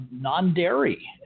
non-dairy